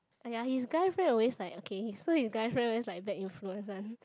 !aiya! his guy friend always like okay so his guy friend always like bad influence one